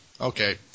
Okay